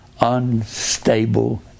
unstable